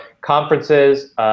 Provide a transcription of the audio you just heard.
conferences